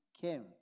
came